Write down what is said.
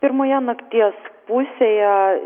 pirmoje nakties pusėje